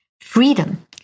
Freedom